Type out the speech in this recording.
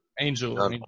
Angel